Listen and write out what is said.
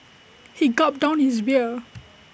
he gulped down his beer